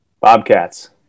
Bobcats